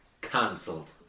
Cancelled